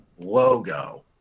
logo